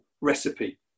recipe